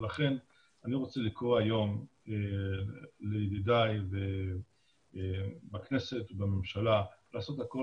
לכן אני רוצה לקרוא היום לידידיי בכנסת ובממשלה לעשות הכול